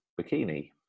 bikini